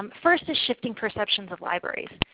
um first is shifting perceptions of libraries.